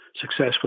successfully